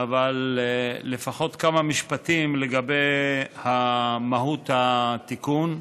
אבל לפחות כמה משפטים לגבי מהות התיקון.